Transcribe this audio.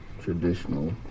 traditional